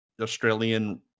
Australian